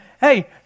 hey